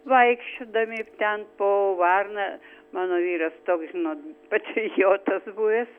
vaikščiodami ten po varną mano vyras toks žinot patriotas buvęs